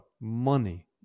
money